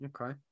Okay